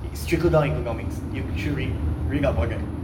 it's trickle down economics you should read up about that